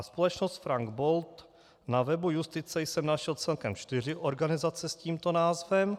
Společnost Frank Bold na webu Justice jsem našel celkem čtyři organizace s tímto názvem.